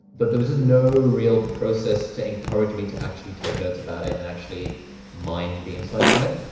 but there was just no real process to encourage me to actually take notes about it and actually mine the insights from it.